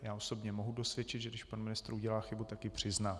Já osobně mohu dosvědčit, že když pan ministr udělá chybu, tak ji přizná.